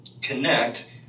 connect